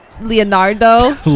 Leonardo